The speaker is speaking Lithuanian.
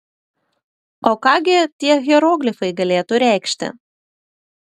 o ką gi tie hieroglifai galėtų reikšti